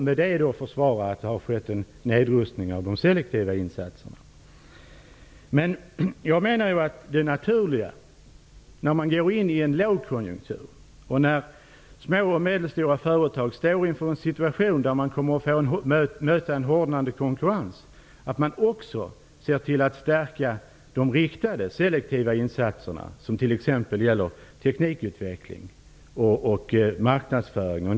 Med det försvarar han att det har skett en nedrustning av de selektiva insatserna. När man går in i en lågkonjunktur och när små och medelstora företag står inför en situation med hårdnande konkurrens är det naturligt att man också ser till att stärka de riktade selektiva insatserna, såsom t.ex. teknikutveckling och marknadsföring.